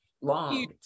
long